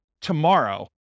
tomorrow